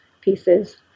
pieces